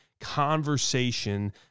conversation